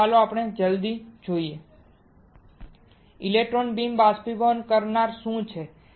તો ચાલો જલ્દી જોઈએ ઇલેક્ટ્રોન બીમ બાષ્પીભવન કરનાર શું છે